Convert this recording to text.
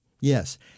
Yes